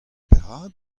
perak